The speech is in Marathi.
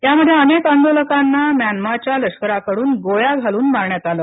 यात अनेक आंदोलकांना म्यानमाच्या लष्कराकडून गोळ्या घालून मारण्यात आलं